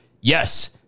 yes